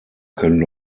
können